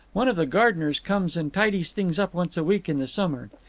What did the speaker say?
one of the gardeners comes and tidies things up once a week in the summer.